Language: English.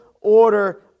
order